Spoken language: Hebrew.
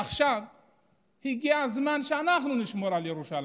עכשיו הגיע הזמן שאנחנו נשמור על ירושלים.